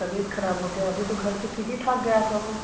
तबीयत ख़राब हो गई अभी तो घर से ठीक ही ठाक गया था वह